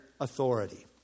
authority